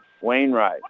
Wainwright